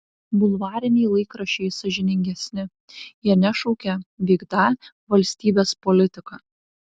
bulvariniai laikraščiai sąžiningesni jie nešaukia vykdą valstybės politiką